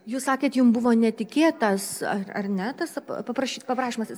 jūs sakėt jum buvo netikėtas ar ar ne tas paprašyt paparašymas